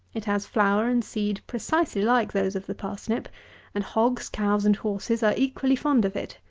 it has flower and seed precisely like those of the parsnip and hogs, cows, and horses, are equally fond of it.